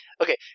Okay